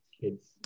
kids